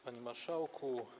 Panie Marszałku!